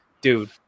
dude